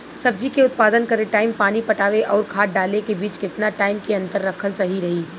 सब्जी के उत्पादन करे टाइम पानी पटावे आउर खाद डाले के बीच केतना टाइम के अंतर रखल सही रही?